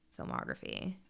filmography